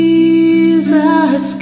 Jesus